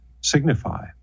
signify